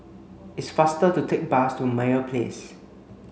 it's faster to take bus to Meyer Place